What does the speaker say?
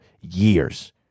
years